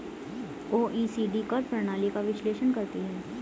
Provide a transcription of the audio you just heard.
OECD कर प्रणाली का विश्लेषण करती हैं